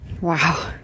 Wow